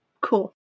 Cool